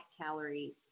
calories